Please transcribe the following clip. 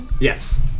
Yes